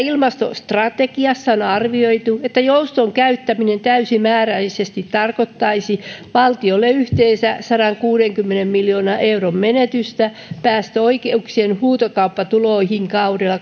ilmastostrategiassa on arvioitu että jouston käyttäminen täysimääräisesti tarkoittaisi valtiolle yhteensä sadankuudenkymmenen miljoonan euron menetystä päästöoikeuksien huutokauppatuloihin kaudella